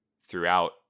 throughout